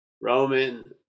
Roman